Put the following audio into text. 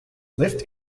lift